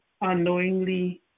unknowingly